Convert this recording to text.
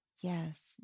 Yes